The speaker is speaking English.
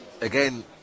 again